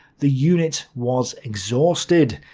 the unit was exhausted.